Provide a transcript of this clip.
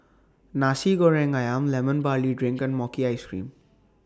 Nasi Goreng Ayam Lemon Barley Drink and Mochi Ice Cream